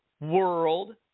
world